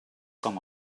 com